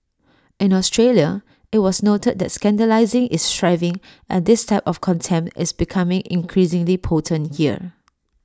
in Australia IT was noted that scandalising is thriving and this type of contempt is becoming increasingly potent there